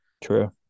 true